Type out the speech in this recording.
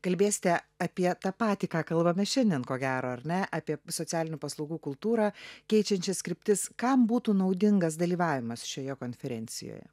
kalbėsite apie tą patį ką kalbame šiandien ko gero ar ne apie socialinių paslaugų kultūrą keičiančias kryptis kam būtų naudingas dalyvavimas šioje konferencijoje